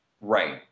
Right